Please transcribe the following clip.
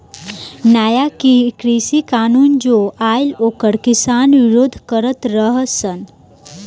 नया कृषि कानून जो आइल ओकर किसान विरोध करत रह सन